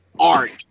art